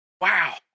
Wow